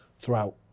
Throughout